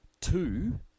Two